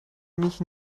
mich